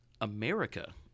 America